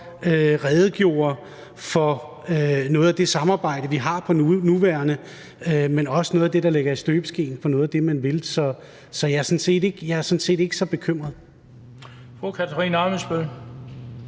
redegjorde for noget af det samarbejde, vi har for nærværende, men også for noget af det, der er i støbeskeen, for noget af det, som man vil. Så jeg er sådan set ikke så bekymret.